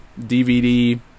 DVD